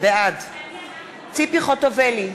בעד ציפי חוטובלי,